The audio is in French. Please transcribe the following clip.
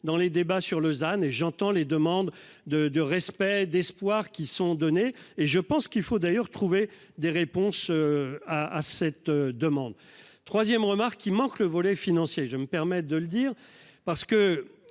dans les débats sur Lausanne et j'entends les demandes de, de respect d'espoir qui sont donnés et je pense qu'il faut d'ailleurs trouver des réponses. À à cette demande. 3ème remarque il manque le volet financier. Je me permets de le dire parce que,